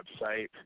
website